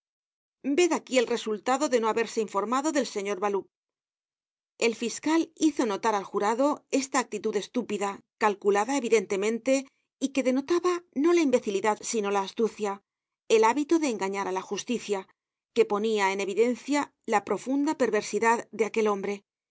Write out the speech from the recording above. ved aquí el resultado de no haberse informado del señor baloup el fiscal hizo notar al jurado esta actitud estúpida calculada evidentemente y que denotaba no la imbecilidad sino la astucia el hábito de engañar á la justicia que ponia en evidencia la profunda perversidad de aquel hombre